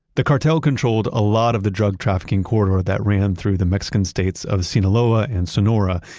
the cartel controlled a lot of the drug trafficking corridor that ran through the mexican states of sinaloa and sonora,